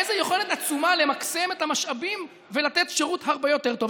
איזו יכולת עצומה למקסם את המשאבים ולתת שירות הרבה יותר טוב.